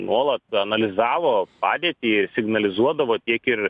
nuolat analizavo padėtį signalizuodavo tiek ir